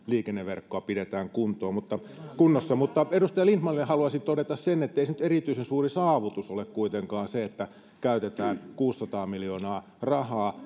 liikenneverkkoa pidetään kunnossa mutta edustaja lindtmanille haluaisin todeta sen ettei se nyt erityisen suuri saavutus kuitenkaan ole että käytetään kuusisataa miljoonaa rahaa